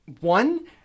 One